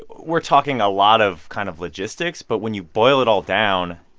we're talking a lot of kind of logistics. but when you boil it all down,